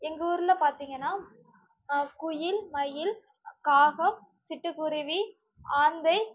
எங்கள் ஊரில் பார்த்தீங்கன்னா குயில் மயில் காகம் சிட்டுக்குருவி ஆந்தை